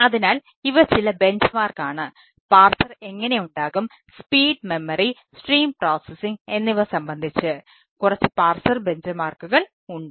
അതിനാൽ ഇവ ചില ബെഞ്ച്മാർക്ക് ഉണ്ട്